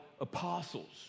apostles